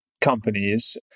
companies